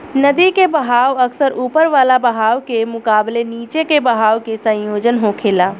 नदी के बहाव अक्सर ऊपर वाला बहाव के मुकाबले नीचे के बहाव के संयोजन होखेला